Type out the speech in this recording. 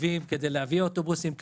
תקציבים כדי להביא אוטובוסים כאלה.